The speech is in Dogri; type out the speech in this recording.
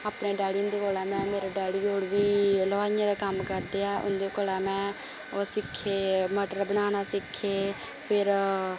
अपने डैडी होंदे कोला में मेरे डैडी और बी हलवाइयै दा कम्म करदे हे उंदे कोला में ओह् सिक्खे मटर बनाना सिक्खे फिर